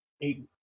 eight